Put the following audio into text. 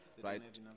right